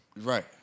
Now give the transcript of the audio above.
Right